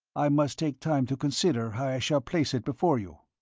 i must take time to consider how i shall place it before you.